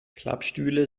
klappstühle